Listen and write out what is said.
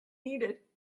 needed